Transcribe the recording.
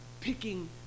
picking